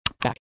Back